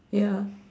ya